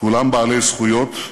כולם בעלי זכויות,